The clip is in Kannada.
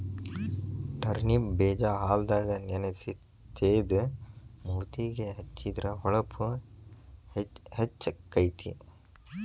ಟರ್ನಿಪ್ ಬೇಜಾ ಹಾಲದಾಗ ನೆನಸಿ ತೇದ ಮೂತಿಗೆ ಹೆಚ್ಚಿದ್ರ ಹೊಳಪು ಹೆಚ್ಚಕೈತಿ